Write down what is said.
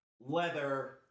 leather